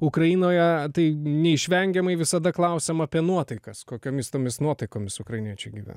ukrainoje tai neišvengiamai visada klausiam apie nuotaikas kokiomis tomis nuotaikomis ukrainiečiai gyvena